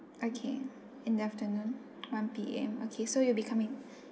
okay in the afternoon one P_M okay so you'll be coming